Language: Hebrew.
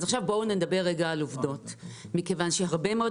אז עכשיו נדבר רגע על עובדות מכיוון שהרבה מאוד